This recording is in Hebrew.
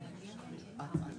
הבאנו עובדות לפיהן